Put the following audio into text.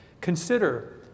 consider